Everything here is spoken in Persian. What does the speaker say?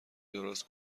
درست